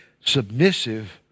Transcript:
submissive